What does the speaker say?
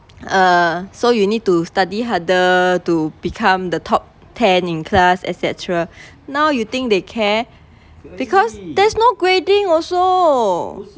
err so you need to study harder to become the top ten in class et cetera now you think they care because there's no grading also